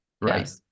right